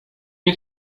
nie